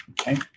Okay